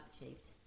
achieved